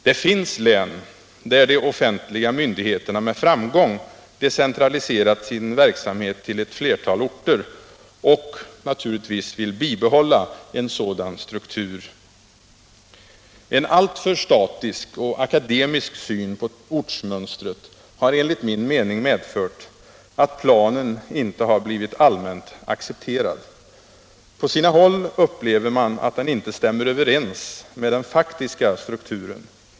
Det finns län där de offentliga myndigheterna med framgång decentraliserat sin verksamhet till flera orter och där man naturligtvis vill bibehålla en sådan struktur. Enaalltför statisk och akademisk syn på ortsmönstret har enligt min mening medfört att planen inte har blivit allmänt accepterad. På sina håll upplever man att den inte stämmer överens med den faktiska strukturen.